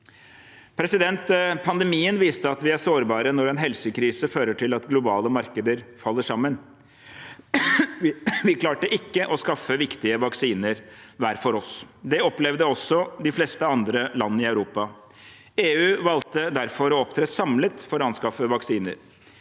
Pandemien viste at vi er sårbare når en helsekrise fører til at globale markeder faller sammen. Vi klarte ikke å skaffe viktige vaksiner hver for oss. Det opplevde også de fleste andre land i Europa. EU valgte derfor å opptre samlet for å anskaffe vaksiner.